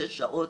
שש שעות,